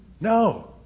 No